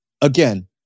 again